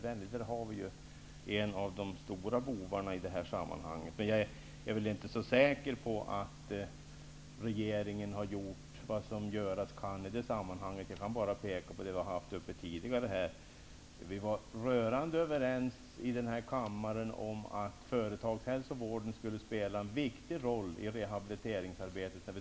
Rehabiliteringsverksamheten är ett av de stora problemen i detta sammanhang, och jag är inte så säker på att regeringen gjort vad som kan göras därvidlag. Jag kan bara peka på vad vi har haft uppe tidigare. Vi var när det stora betänkandet på området antogs i kammaren rörande överens om att företagshälsovården skulle spela en viktig roll i rehabiliteringsarbetet.